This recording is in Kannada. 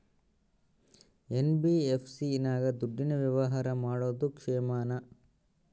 ಎನ್.ಬಿ.ಎಫ್.ಸಿ ನಾಗ ದುಡ್ಡಿನ ವ್ಯವಹಾರ ಮಾಡೋದು ಕ್ಷೇಮಾನ?